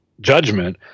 judgment